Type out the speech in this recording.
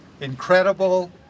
incredible